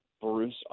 Bruce